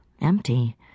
empty